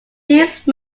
these